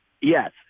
Yes